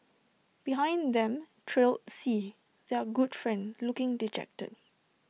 behind them trailed C their good friend looking dejected